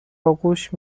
آغوش